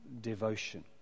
devotion